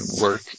work